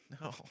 No